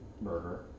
murder